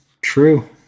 True